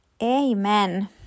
Amen